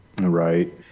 Right